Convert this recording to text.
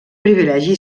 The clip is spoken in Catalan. privilegi